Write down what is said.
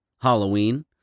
Halloween